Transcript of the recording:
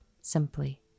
simply